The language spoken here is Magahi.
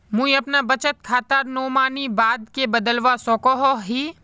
मुई अपना बचत खातार नोमानी बाद के बदलवा सकोहो ही?